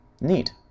Neat